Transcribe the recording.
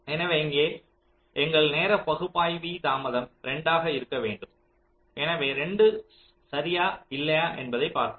எனவே இங்கே எங்கள் நேர பகுப்பாய்வி தாமதம் 2 ஆக இருக்க வேண்டும் எனவே 2 சரியா இல்லையா என்பதைப் பார்ப்போம்